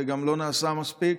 וגם לא נעשה מספיק,